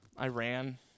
Iran